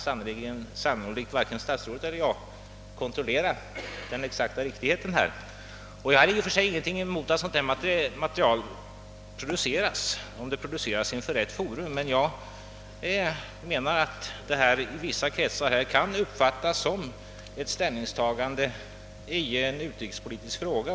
Därvidlag kan sannolikt varken statsrådet eller jag kontrollera exaktheten. Jag har i och för sig ingenting emot att sådant material produceras, om det sker inför rätt forum, men jag menar att det i vissa kretsar kan uppfattas som ett ställningstagande i en utrikespolitisk fråga.